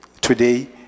today